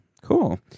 Cool